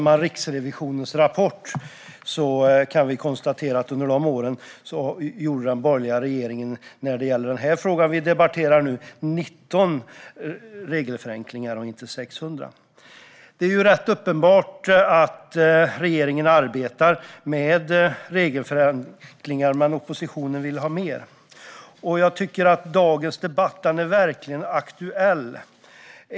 I Riksrevisionens rapport ser vi däremot att den borgerliga regeringen under sina år gjorde 19 regelförenklingar - inte 600 - beträffande den fråga vi nu debatterar. Det är rätt uppenbart att regeringen arbetar med regelförenklingar, men oppositionen vill ha mer. Jag tycker att dagens debatt verkligen är aktuell.